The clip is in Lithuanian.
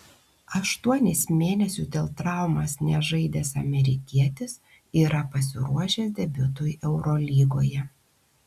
aštuonis mėnesius dėl traumos nežaidęs amerikietis yra pasiruošęs debiutui eurolygoje